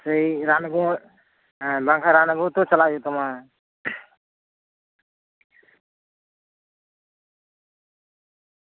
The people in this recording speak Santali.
ᱥᱮ ᱨᱟᱱ ᱟᱹᱜᱩ ᱦᱚᱸ ᱵᱟᱝᱠᱷᱟᱱ ᱨᱟᱱ ᱟᱹᱜᱩ ᱦᱚᱸ ᱪᱟᱞᱟᱜ ᱦᱩᱭᱩᱜ ᱛᱟᱢᱟ